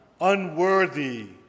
Unworthy